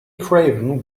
craven